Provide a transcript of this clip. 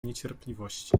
niecierpliwości